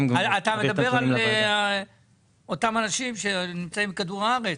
אתה מדבר על אותם אנשים שנמצאים בכדור הארץ?